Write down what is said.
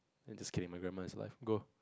it's just kidding my grandma is alive go